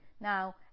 now